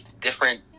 different